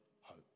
hope